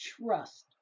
trust